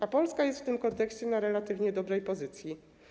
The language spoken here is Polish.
A Polska jest w tym kontekście na relatywnie dobrej pozycji.